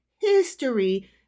history